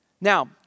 Now